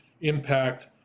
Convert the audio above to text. impact